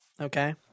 Okay